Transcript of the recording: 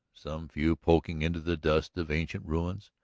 some few poking into the dust of ancient ruins,